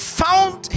found